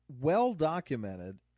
well-documented